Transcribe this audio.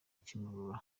kimihurura